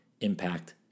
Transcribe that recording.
impact